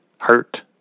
hurt